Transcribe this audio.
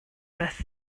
beth